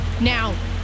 Now